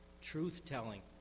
Truth-telling